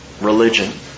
religion